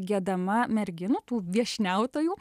giedama merginų tų viešniautojų